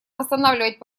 восстанавливать